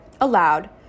aloud